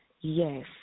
yes